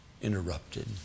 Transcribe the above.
interrupted